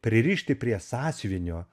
pririšti prie sąsiuvinio